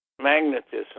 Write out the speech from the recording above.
magnetism